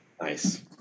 nice